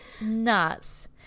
nuts